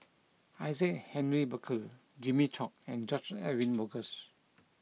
Isaac Henry Burkill Jimmy Chok and George Edwin Bogaars